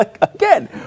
Again